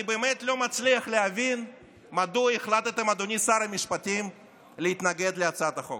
אני באמת לא מצליח להבין מדוע החלטתם להתנגד להצעת החוק.